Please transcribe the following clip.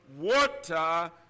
water